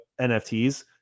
nfts